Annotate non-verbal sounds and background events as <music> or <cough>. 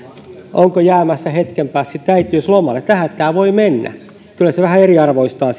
onko jäämässä hetken päästä äitiyslomalle tähän tämä voi mennä ja kyllä se sitten vähän eriarvoistaa <unintelligible>